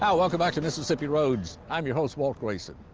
ah welcome back to mississippi roads. i'm your host, walt grayson.